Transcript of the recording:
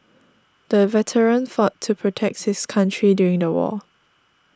the veteran fought to protect his country during the war